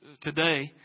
today